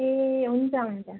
ए हुन्छ हुन्छ